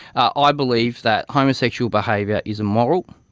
ah ah i believe that homosexual behaviour is immoral,